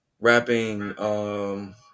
rapping